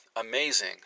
amazing